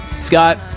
Scott